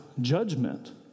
judgment